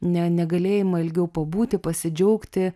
ne negalėjimą ilgiau pabūti pasidžiaugti